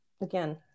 again